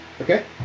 Okay